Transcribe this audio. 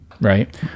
right